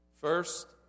First